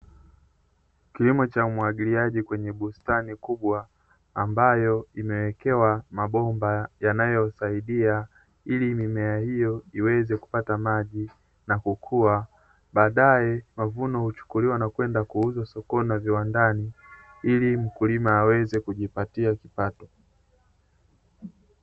Kilimo cha umwagiliaji kwenye bustani kubwa ambayo imewekewa mabomba yanayosaidia, ilì mimea hiyo iweze kupata maji na kukua, baadae mavuno huchukuliwa na kwenda kuuzwa sokoni na viwandani, ili mkulima aweze kujipatia kipato.